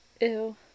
Ew